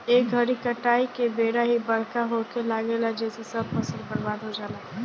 ए घरी काटाई के बेरा ही बरखा होखे लागेला जेसे सब फसल बर्बाद हो जाला